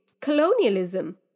colonialism